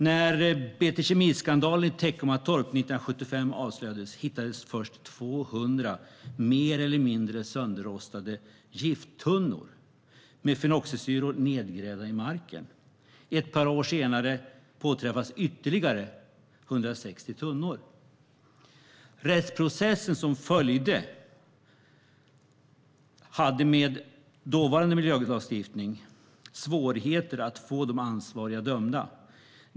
När BT Kemi-skandalen i Teckomatorp 1975 avslöjades hittades först 200 mer eller mindre sönderrostade gifttunnor med fenoxisyror nedgrävda i marken. Ett par år senare påträffades ytterligare 160 tunnor. I den rättsprocess som följde var det med dåvarande miljölagstiftning svårt att få de ansvariga dömda.